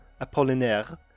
Apollinaire